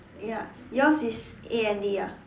ya yours is A N D ah